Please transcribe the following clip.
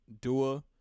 Dua